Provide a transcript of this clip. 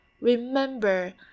Remember